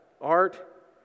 art